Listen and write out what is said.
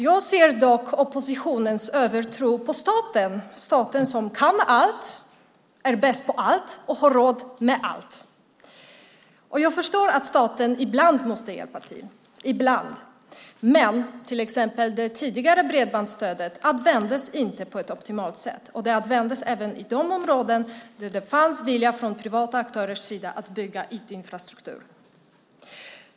Jag ser dock oppositionens övertro på staten, staten som kan allt, är bäst på allt och har råd med allt. Jag förstår att staten ibland måste hjälpa till, men det tidigare bredbandsstödet, till exempel, användes inte på ett optimalt sätt. Det användes även i de områden där det fanns en vilja från privata aktörers sida att bygga IT-infrastruktur.